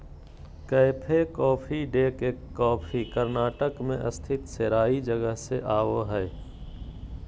cafe Coffee Day के coffee Karnataka मे स्थित सेराई जगह से आवो हय